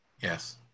Yes